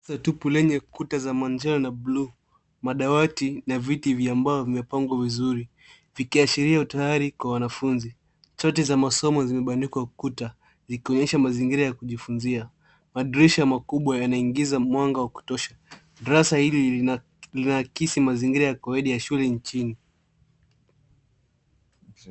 Darasa tupu lenye kuta za manjano na buluu. Madawati na viti vya mbao vimepangwa vizuri vikiashiria utayari kwa wanafunzi. Chati za masomo zimebandikwa ukutani zikionyesha mazingira ya kujifunzia. Madirisha makubwa yanaingiza mwanga wa kutosha. Darasa hili linakisi mazingira ya kawaida ya shule nchini.